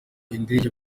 indege